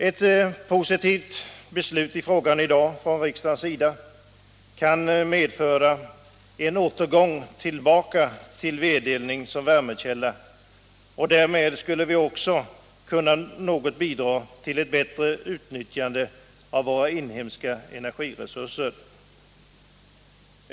Ett positivt beslut i frågan i dag från riksdagens sida kan medföra en återgång till ved som värmekälla, och därmed skulle vi något kunna bidra till ett bättre utnyttjande av våra inhemska energiresurser.